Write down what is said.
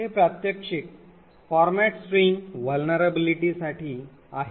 हे प्रात्यक्षिक Format String Vulnerabilities साठी आहे